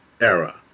era